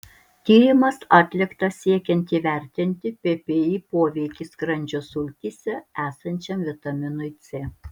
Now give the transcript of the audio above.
tyrimas atliktas siekiant įvertinti ppi poveikį skrandžio sultyse esančiam vitaminui c